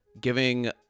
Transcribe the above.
giving